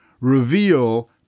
reveal